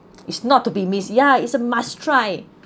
is not to be missed ya is a must try